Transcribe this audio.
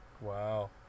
Wow